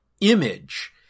image